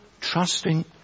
trusting